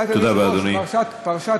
רציתי לקרוא פרשת,